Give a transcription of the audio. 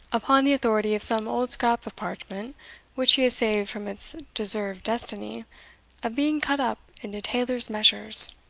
upon the authority of some old scrap of parchment which he has saved from its deserved destiny of being cut up into tailor's measures.